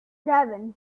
seven